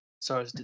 Sorry